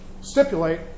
stipulate